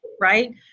right